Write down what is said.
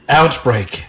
outbreak